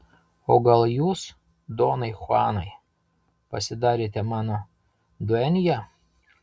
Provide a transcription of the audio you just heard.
o gal jūs donai chuanai pasidarėte mano duenja